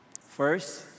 First